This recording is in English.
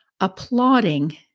applauding